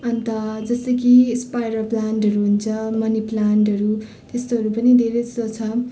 अन्त जस्तै कि स्पाइडर प्लान्टहरू हुन्छ मनी प्लान्टहरू त्यस्तोहरू पनि धेरै जस्तो छ